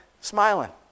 smiling